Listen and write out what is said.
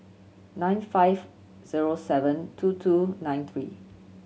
nine five zero seven two two nine three